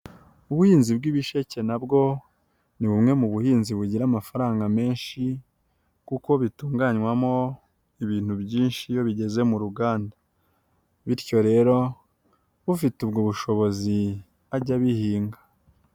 Ubuhinzi bw'ibisheke na bwo ni bumwe mu buhinzi bugira amafaranga menshi, kuko bitunganywamo ibintu byinshi iyo bigeze mu ruganda, bityo rero ufite ubwo bushobozi ajya abihinga.